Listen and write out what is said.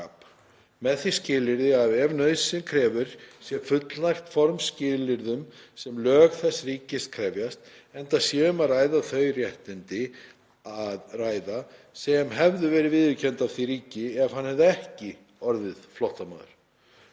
með því skilyrði, að ef nauðsyn krefur, sé fullnægt formskilyrðum, sem lög þess ríkis krefjast, enda sé um þau réttindi að ræða, sem hefðu verið viðurkennd af því ríki, ef hann hefði ekki orðið flóttamaður.“